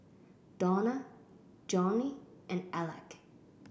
Dawna Johney and Alec